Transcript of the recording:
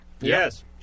Yes